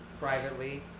privately